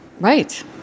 Right